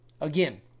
Again